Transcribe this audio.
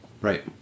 Right